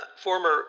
former